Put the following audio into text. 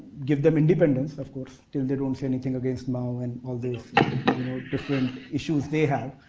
give them independence of course till they don't say anything against mao and all these different issues they have.